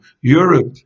Europe